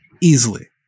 Easily